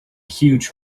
huge